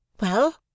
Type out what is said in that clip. Well